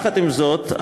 עם זאת,